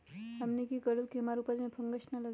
हमनी की करू की हमार उपज में फंगस ना लगे?